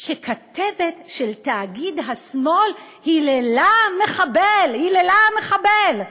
ש"כתבת של תאגיד השמאל היללה מחבל" היללה מחבל,